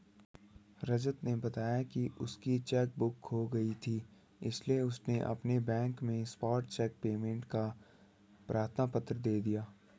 रजत ने बताया की उसकी चेक बुक खो गयी थी इसीलिए उसने अपने बैंक में स्टॉप चेक पेमेंट का प्रार्थना पत्र दे दिया